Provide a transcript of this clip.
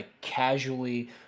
casually